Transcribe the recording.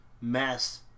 mess